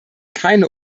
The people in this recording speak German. keine